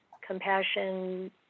compassion